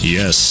Yes